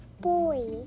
boy